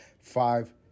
five